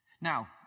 Now